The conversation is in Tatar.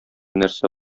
нәрсә